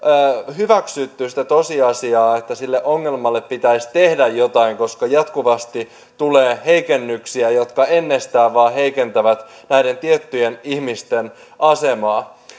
hyväksytty sitä tosiasiaa että sille ongelmalle pitäisi tehdä jotain koska jatkuvasti tulee heikennyksiä jotka ennestään vain heikentävät näiden tiettyjen ihmisten asemaa